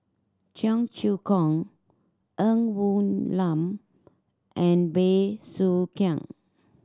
Cheong Choong Kong Ng Woon Lam and Bey Soo Khiang